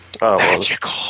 magical